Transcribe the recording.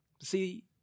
See